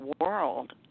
world